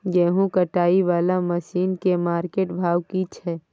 गेहूं कटाई वाला मसीन के मार्केट भाव की छै?